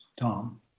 Tom